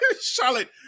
Charlotte